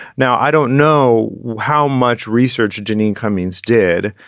now, i don't know how much research. janine cumins did.